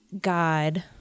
God